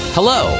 Hello